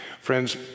Friends